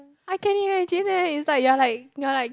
I can imagine eh it's like you are like you are like